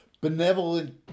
benevolent